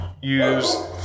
use